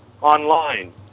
online